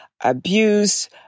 abuse